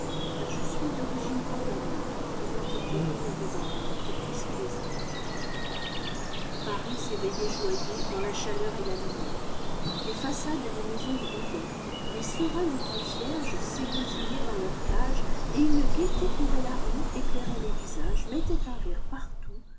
car je suis d'origine campagnarde ayant été élevé dans l'herbe et sous les arbres paris s'éveillait joveux dans la chaleur et la lumière les façaaes des maisons brillaient les serins des concierges s'égosillaient dans leurs cages et une gaieté courait la rue éclairait tes visages mettait un rire partout